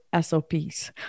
SOPs